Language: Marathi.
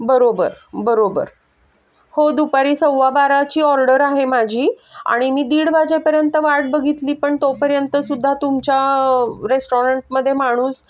बरोबर बरोबर हो दुपारी सव्वा बाराची ऑर्डर आहे माझी आणि मी दीड वाजेपर्यंत वाट बघितली पण तोपर्यंतसुद्धा तुमच्या रेस्टॉरंटमध्ये माणूस